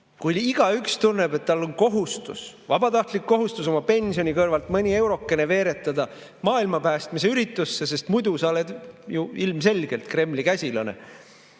Kui igaüks tunneb, et tal on kohustus, vabatahtlik kohustus oma pensioni kõrvalt mõni eurokene veeretada maailma päästmise üritusse, sest muidu sa oled ju ilmselgelt Kremli käsilane